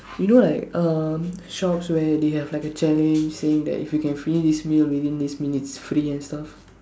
you know like um shops where they have like a challenge saying that if you can finish this meal within this minutes it's free and stuff